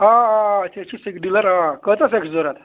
آ آ آ أسۍ حظ چھِ سیٚکہِ ڈیٖلَر آ کۭژاہ سٮ۪کھ چھِ ضوٚرَتھ